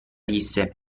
disse